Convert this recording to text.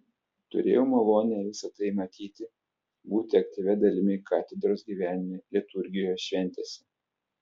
turėjau malonę visa tai matyti būti aktyvia dalimi katedros gyvenime liturgijoje šventėse